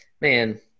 man